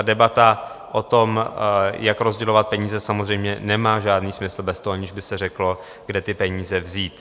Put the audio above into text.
Debata o tom, jak rozdělovat peníze, samozřejmě nemá žádný smysl bez toho, aniž by se řeklo, kde ty peníze vzít.